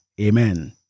Amen